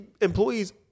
employees